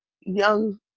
young